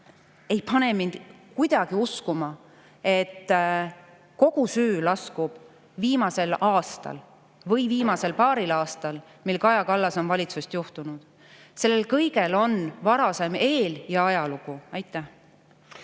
ei pane mind kuidagi uskuma, et kogu süü lasub viimasel aastal või viimasel paaril aastal, mil Kaja Kallas on valitsust juhtinud. Sellel kõigel on varasem eel‑ ja ajalugu. Aitäh!